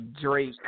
Drake